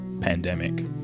pandemic